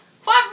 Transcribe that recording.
Five